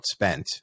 outspent